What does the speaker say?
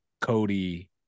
Cody